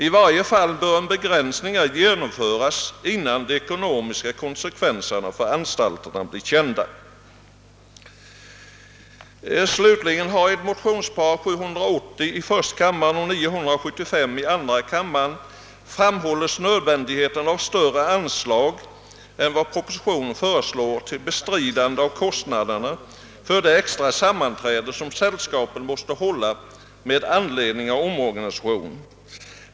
I varje fall bör en begränsning ej genomföras innan de ekonomiska konsekvenserna för anstalterna blir kända. Slutligen har i ett motionspar, I: 780 och II: 975, framhållits nödvändigheten av större anslag än vad propositionen föreslår till bestridandet av kostnaderna för de extra sammanträden som sällskapen måste hålla med anledning av omorganisationen.